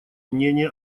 мнение